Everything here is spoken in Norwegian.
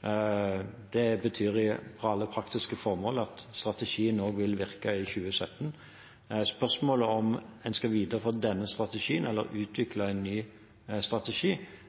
Det betyr for alle praktiske formål at strategien vil virke i 2017. Spørsmålet om en skal videreføre denne strategien eller utvikle en ny strategi,